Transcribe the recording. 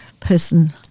Person